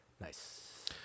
Nice